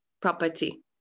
property